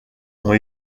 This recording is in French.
ont